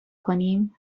کنیم